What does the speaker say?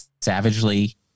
savagely